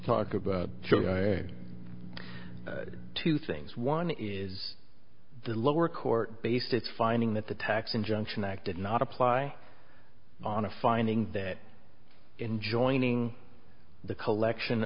talk about just two things one is the lower court based its finding that the tax injunction act did not apply on a finding that in joining the collection